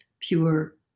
pure